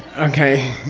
okay?